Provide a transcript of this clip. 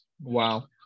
Wow